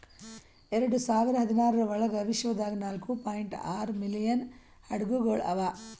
ಎರಡು ಸಾವಿರ ಹದಿನಾರರ ಒಳಗ್ ವಿಶ್ವದಾಗ್ ನಾಲ್ಕೂ ಪಾಯಿಂಟ್ ಆರೂ ಮಿಲಿಯನ್ ಹಡಗುಗೊಳ್ ಅವಾ